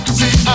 see